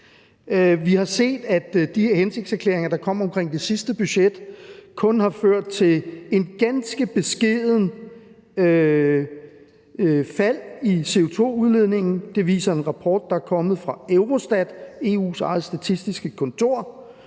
Vi har set, at de hensigtserklæringer, der kom i forbindelse med det sidste budget, kun har ført til et ganske beskedent fald i CO2-udledningen. Det viser en rapport, der er kommet fra Eurostat, EU's eget statistiske kontor.